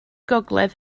gogledd